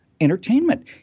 entertainment